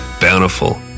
bountiful